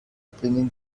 bringen